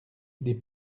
dit